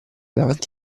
davanti